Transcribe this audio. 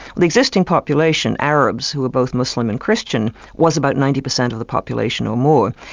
the existing population, arabs, who were both muslim and christian, was about ninety percent of the population or more,